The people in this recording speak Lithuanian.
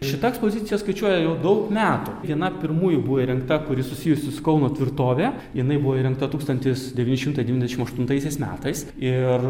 šita ekspozicija skaičiuoja jau daug metų viena pirmųjų buvo įrengta kuri susijusi su kauno tvirtove jinai buvo įrengta tūkstantis devyni šimtai devyniasdešimt aštuntaisiais metais ir